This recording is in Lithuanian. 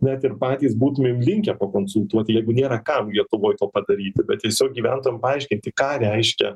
net ir patys būtumėm linkę pakonsultuoti jeigu nėra kam lietuvoj to padaryti bet tiesiog gyventojam paaiškinti ką reiškia